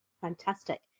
Fantastic